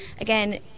again